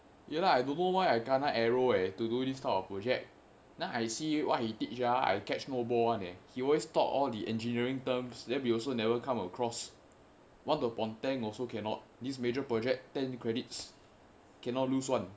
ya lah I don't know why I kena arrow eh to do this type of project then I see what he teach ah I catch no ball [one] eh he always talk all the engineering terms then we also never come across want to ponteng also cannot this major project ten credits cannot lose [one]